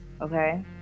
Okay